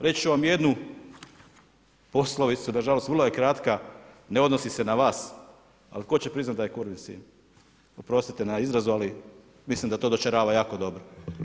Reći ću vam jednu poslovicu, nažalost vrlo je kratka, ne odnosi se na vas, ali tko će priznat da je kurvin sin, oprostite na izrazu, ali mislim da to dočarava jako dobro.